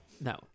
No